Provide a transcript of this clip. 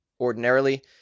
ordinarily